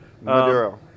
Maduro